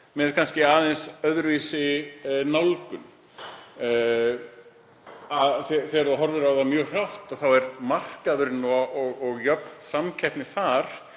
með kannski aðeins öðruvísi nálgun. Þegar horft er á það mjög hrátt þá er markaðurinn og jöfn samkeppni þar